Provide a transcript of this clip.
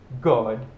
God